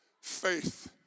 Faith